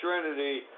trinity